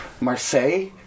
Marseille